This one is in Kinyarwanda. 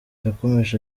yakomeje